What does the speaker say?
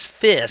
fist